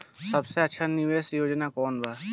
सबसे अच्छा निवेस योजना कोवन बा?